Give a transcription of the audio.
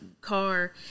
car